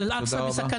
אבל אל עקצה בסכנה.